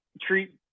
treat